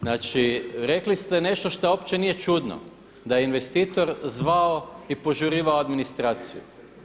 Znači rekli ste nešto što uopće nije čudno da je investitor zvao i požurivao administraciju.